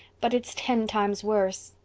but it's ten times worse.